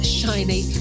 shiny